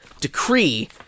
decree